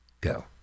go